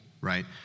right